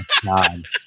God